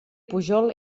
pujol